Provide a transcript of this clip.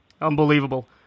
unbelievable